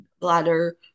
bladder